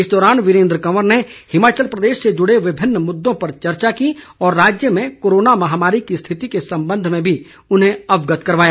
इस दौरान वीरेन्द्र कंवर ने हिमाचल प्रदेश से जुड़े विभिन्न मुददों पर चर्चा की और राज्य में कोरोना महामारी की स्थिति के संबंध में भी उन्हें अवगत करवाया